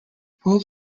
both